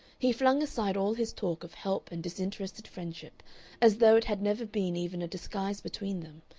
he flung aside all his talk of help and disinterested friendship as though it had never been even a disguise between them,